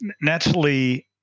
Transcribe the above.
naturally